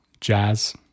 jazz